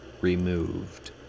removed